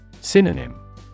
Synonym